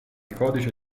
codice